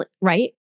Right